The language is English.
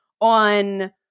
on